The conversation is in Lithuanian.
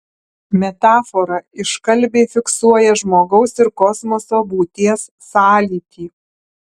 metafora iškalbiai fiksuoja žmogaus ir kosmoso būties sąlytį